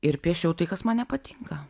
ir piešiau tai kas man nepatinka